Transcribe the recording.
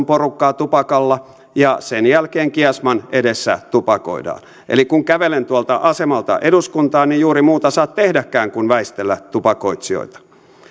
porukkaa tupakalla ja sen jälkeen kiasman edessä tupakoidaan eli kun kävelen tuolta asemalta eduskuntaan niin ei juuri muuta saa tehdäkään kuin väistellä tupakoitsijoita